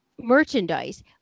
merchandise